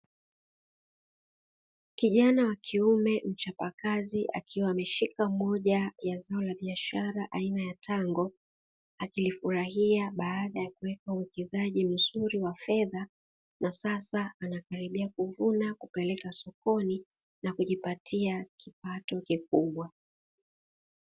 Kijana wa kiume mchapakazi akiwa ameshika moja ya zao la biashara aina ya tango akifurahia baada ya kuweka uwekezaji mzuri wa fedha, na sasa anakaribia kuvuna kupeleka sokoni na kujipatia kipato kikubwa.